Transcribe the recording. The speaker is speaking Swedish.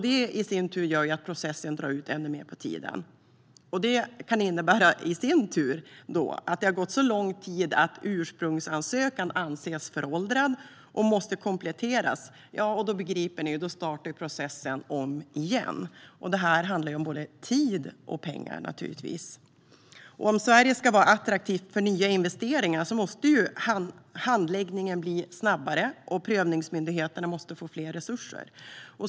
Detta i sin tur gör att hela processen drar ut ännu mer på tiden, vilket kan innebära att det har gått så lång tid att ursprungsansökan anses föråldrad och måste kompletteras, och då, begriper ni ju, startar processen om igen. Det här handlar naturligtvis om både tid och pengar. Om Sverige ska vara attraktivt för nya investeringar måste handläggningen bli snabbare, och prövningsmyndigheterna måste få fler resurser.